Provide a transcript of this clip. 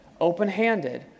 open-handed